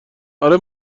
اره